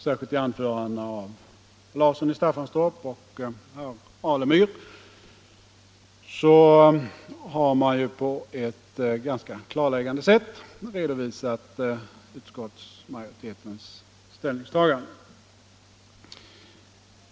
Särskilt i anförandena av herr Larsson i Staffanstorp och herr Alemyr har utskottsmajoritetens ställningstagande redovisats på ett klarläggande sätt.